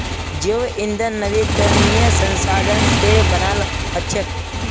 जैव ईंधन नवीकरणीय संसाधनों से बनाल हचेक